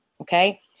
Okay